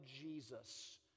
Jesus